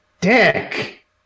Dick